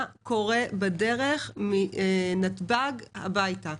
מה קורה בדרך מנתב"ג הביתה?